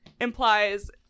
Implies